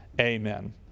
Amen